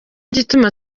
gituma